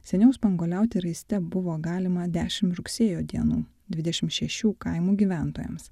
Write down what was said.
seniau spanguoliauti raiste buvo galima dešim rugsėjo dienų dvidešim šešių kaimų gyventojams